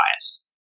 bias